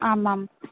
आम् आम्